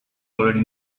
already